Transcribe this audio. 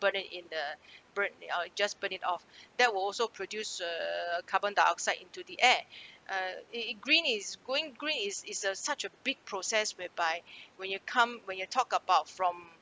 burn it in the burn it or just burn it off that will also produce uh carbon dioxide into the air uh it it green is going green is is a such a big process whereby when you come when you talk about from